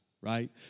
right